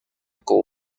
con